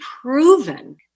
proven